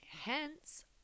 Hence